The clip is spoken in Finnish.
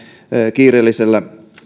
kiireellisellä